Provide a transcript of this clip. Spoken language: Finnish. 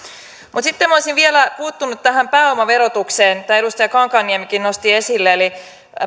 mutta sitten minä olisin vielä puuttunut tähän pääomaverotukseen minkä edustaja kankaanniemikin nosti esille eli